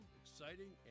exciting